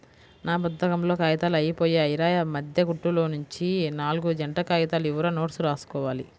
నా పుత్తకంలో కాగితాలు అయ్యిపొయ్యాయిరా, మద్దె కుట్టులోనుంచి నాల్గు జంట కాగితాలు ఇవ్వురా నోట్సు రాసుకోవాలి